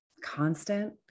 constant